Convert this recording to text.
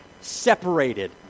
separated